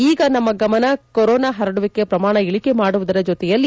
ಈಗ ನಮ್ಮ ಗಮನ ಕೊರೋನಾ ಪರಡುವಿಕೆ ಪ್ರಮಾಣ ಇಳಕೆ ಮಾಡುವುದರ ಜೊತೆಯಲ್ಲಿ